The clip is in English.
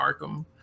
arkham